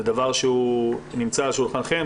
זה דבר שהוא על שולחנכם?